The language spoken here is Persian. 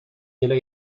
جلوی